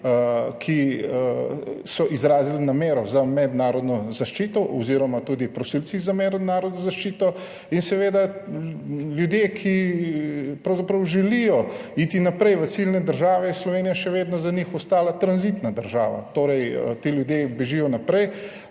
ki so izrazili namero za mednarodno zaščito, oziroma tudi prosilci za mednarodno zaščito. In seveda, za ljudi, ki pravzaprav želijo iti naprej v ciljne države, je Slovenija še vedno ostala tranzitna država, torej ti ljudje bežijo naprej,